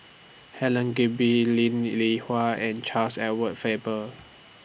Helen Gilbey Linn Li Hua and Charles Edward Faber